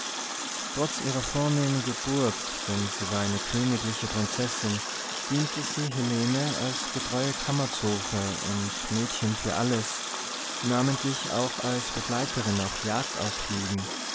trotz ihrer vornehmen geburt denn sie war eine königliche prinzessin diente sie helene als getreue kammerzofe und mädchen für alles namentlich auch als begleiterin auf